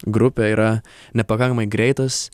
grupė yra nepakankamai greitas